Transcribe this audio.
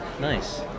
Nice